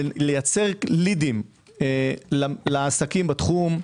לייצר לידים לעסקים בתחום.